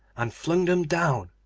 and flung them down,